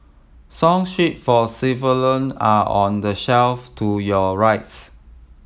song sheet for are on the shelf to your rights